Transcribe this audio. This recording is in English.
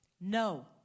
no